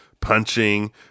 punching